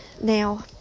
Now